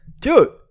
Dude